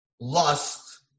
Lust